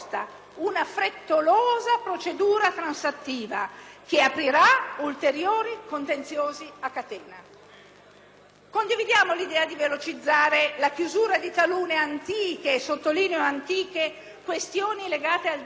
Condividiamo l'idea di velocizzare la chiusura di talune antiche - sottolineo antiche - questioni legate al danno ambientale nei siti di interesse nazionale, ma le modalità transattive qui previste non ci convincono,